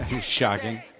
Shocking